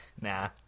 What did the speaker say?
Nah